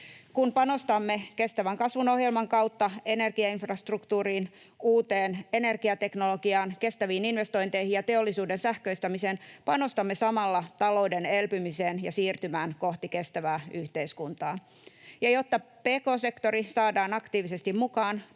Kun panostamme kestävän kasvun ohjelman kautta energiainfrastruktuuriin, uuteen energiateknologiaan, kestäviin investointeihin ja teollisuuden sähköistämiseen, panostamme samalla talouden elpymiseen ja siirtymään kohti kestävää yhteiskuntaa. Ja jotta pk-sektori saadaan aktiivisesti mukaan,